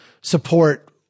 support